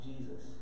Jesus